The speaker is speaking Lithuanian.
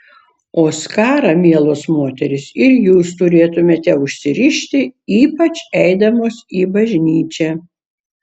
o skarą mielos moterys ir jūs turėtumėte užsirišti ypač eidamos į bažnyčią